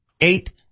Eight